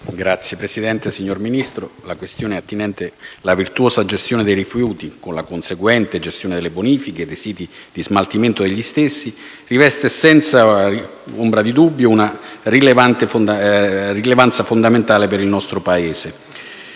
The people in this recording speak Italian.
*(AP (NCD-UDC))*. Signor Ministro, la questione attinente alla virtuosa gestione dei rifiuti, con la conseguente gestione delle bonifiche dei siti di smaltimento degli stessi, riveste senza ombra di dubbio una rilevanza fondamentale per il nostro Paese.